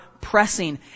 pressing